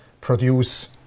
produce